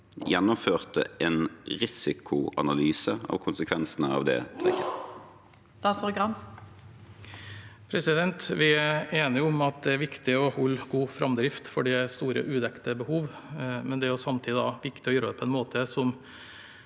gjennomførte en risikoanalyse av konsekvensene av det. Statsråd Bjørn Arild Gram Vi er enige om at det er viktig å holde god framdrift, for det er store udekte behov, men det er samtidig viktig å gjøre det på en måte som